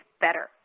better